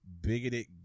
Bigoted